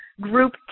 group